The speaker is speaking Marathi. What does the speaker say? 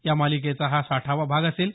या मालिकेचा हा साठावा भाग असेल